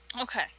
Okay